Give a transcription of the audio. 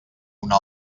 una